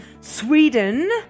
Sweden